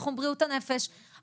אז התוכנית הזאת תלויה